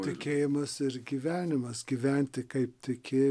tikėjimas ir gyvenimas gyventi kaip tiki